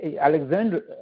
Alexander